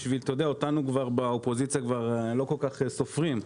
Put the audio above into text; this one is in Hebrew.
אותנו באופוזיציה כבר לא כל כך סופרים,